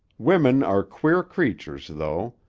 women are queer creatures, though.